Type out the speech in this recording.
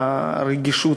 הרגישות,